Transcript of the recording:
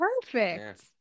perfect